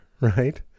right